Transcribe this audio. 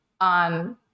on